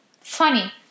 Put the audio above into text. funny